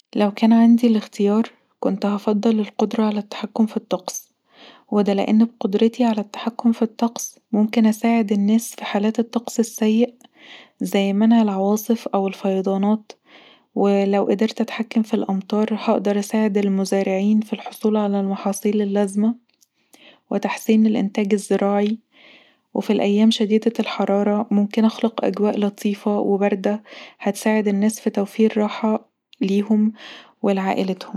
لو كان عندي الاختيار كنت هفضل القدره علي التحكم في الطقس ودا لأن بقدرتي علي التحكم في الطقس ممكن اساعد الناس في حالات الطقس السئ زي منع العواصف والفياضانات ولو قدرت اتحكم في الأمطار هقدر اساعد المزارعين في الخصول علي المحاصيل اللازمه وتحسين الانتاج الزراعي وفي الايام شيديدة الحراره ممكن اخلق اجواء لطيفه وبارده هتساعد الناس في توفير راحه ليهم ولعائلتهم